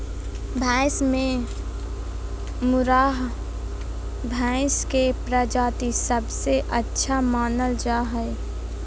भैंस में मुर्राह भैंस के प्रजाति सबसे अच्छा मानल जा हइ